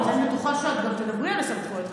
אז אני בטוחה שאת תדברי על הסמכויות.